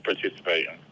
participating